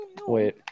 Wait